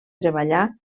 treballà